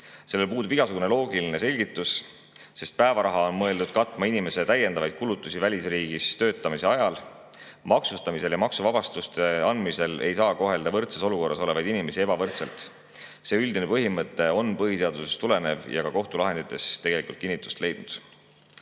Sellel puudub igasugune loogiline selgitus, sest päevaraha on mõeldud katma inimese täiendavaid kulutusi välisriigis töötamise ajal. Maksustamisel ja maksuvabastuste andmisel ei saa kohelda võrdses olukorras olevaid inimesi ebavõrdselt. See üldine põhimõte on põhiseadusest tulenev ja ka kohtulahendites kinnitust leidnud. Ja